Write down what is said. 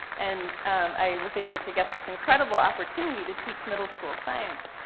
and i was able to get this incredible opportunity to teach middle school science.